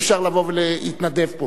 אי-אפשר לבוא ולהתנדב פה.